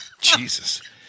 Jesus